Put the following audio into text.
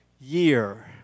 year